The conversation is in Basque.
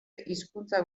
hizkuntza